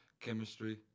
chemistry